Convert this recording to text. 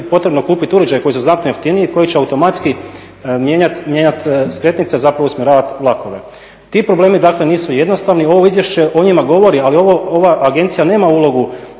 potrebno kupit uređaje koji su znatno jeftiniji i koji će automatski mijenjat skretnice, zapravo usmjeravat vlakove. Ti problemi dakle nisu jednostavni. Ovo izvješće o njima govori, ali ova agencija nema ulogu